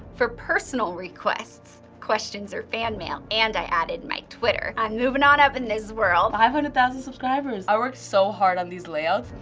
for personal requests, questions, or fanmail, and i added my twitter. i'm moving on up in this world. five hundred thousand subscribers. i worked so hard on these layouts,